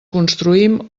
construïm